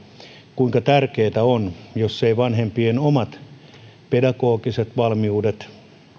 kuinka tärkeätä on jos eivät vanhempien omat pedagogiset valmiudet